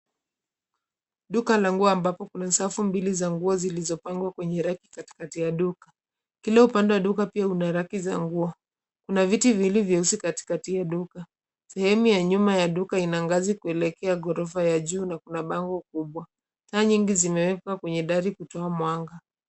Duka la nguo ambapo kuna safu mbili za nguo zilizopangwa kwenye raki katikati ya duka, kila upande wa duka pia kuna raki za nguo, kuna viti viwili vyeusi katikati ya hiyo duka, sehemu ya nyuma ya duka ina ngazi kuelekea ghorofa ya juu na kuna bango kubwa, taa nyingi zimewekwa kwenye dari kutoa mwanga.